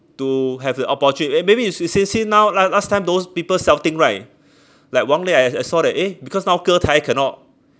to have the opportu~ eh maybe it's as you say now last time those people shouting right like wang lei I I saw that eh because now 歌台 cannot